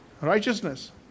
Righteousness